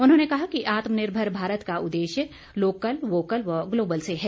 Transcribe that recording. उन्होंने कहा कि आत्मनिर्भर भारत का उद्देश्य लोकल वोकल व ग्लोबल से है